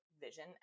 vision